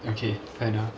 okay fair enough